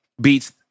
beats